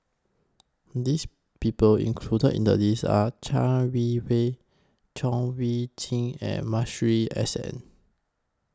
This People included in The list Are Chai Wei Wee Chong Wei Jin and Masuri S N